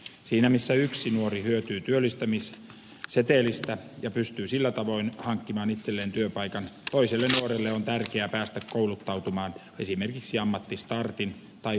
siinä missä yksi nuori hyötyy työllistämissetelistä ja pystyy sillä tavoin hankkimaan itselleen työpaikan toiselle nuorelle on tärkeää päästä kouluttautumaan esimerkiksi ammattistartin tai oppisopimuksen kautta